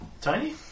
Tiny